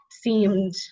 seemed